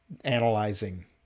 analyzing